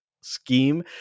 scheme